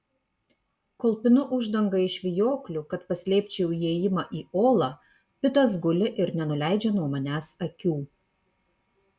kol pinu uždangą iš vijoklių kad paslėpčiau įėjimą į olą pitas guli ir nenuleidžia nuo manęs akių